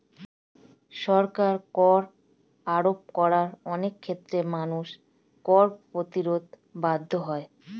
সরকার কর আরোপ করায় অনেক ক্ষেত্রে মানুষ কর প্রতিরোধে বাধ্য হয়